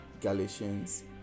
Galatians